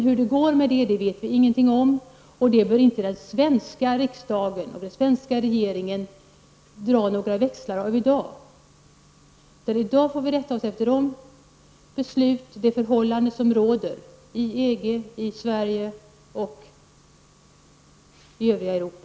Hur det går med den saken vet vi inget om, och detta bör inte den svenska riksdagen och regeringen dra några växlar på i dag. Vi får rätta oss efter de beslut som fattas och de förhållanden som råder i EG, i Sverige och i det övriga Europa.